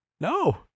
No